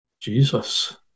Jesus